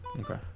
Okay